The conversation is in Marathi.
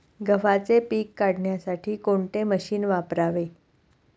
गव्हाचे पीक काढण्यासाठी कोणते मशीन वापरावे?